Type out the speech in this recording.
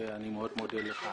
אני מאוד מודה לך.